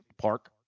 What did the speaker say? park